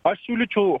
aš siūlyčiau